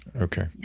Okay